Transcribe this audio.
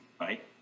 right